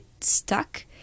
stuck